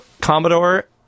Commodore